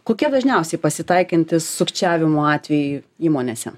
kokie dažniausiai pasitaikantys sukčiavimo atvejai įmonėse